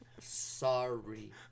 sorry